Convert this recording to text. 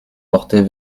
porter